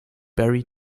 berry